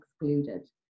excluded